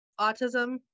autism